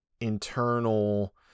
internal